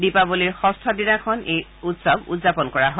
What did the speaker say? দীপাৱলীৰ ষষ্ঠ দিনাখন এই উৎসৱ উদযাপন কৰা হয়